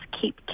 keep